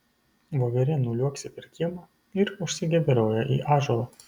voverė nuliuoksi per kiemą ir užsikeberioja į ąžuolą